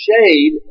shade